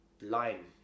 line